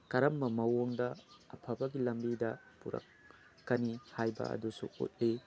ꯀꯔꯝꯕ ꯃꯑꯣꯟꯗ ꯑꯐꯕꯒꯤ ꯂꯝꯕꯤꯗ ꯄꯨꯔꯛꯀꯅꯤ ꯍꯥꯏꯕ ꯑꯗꯨꯁꯨ ꯎꯠꯂꯤ